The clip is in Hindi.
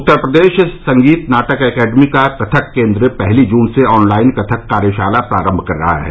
उत्तर प्रदेश संगीत नाटक अकादमी का कथक केन्द्र पहली जून से ऑनलाइन कथक कार्यशाला प्रारम्भ कर रहा है